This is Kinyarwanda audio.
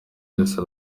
wese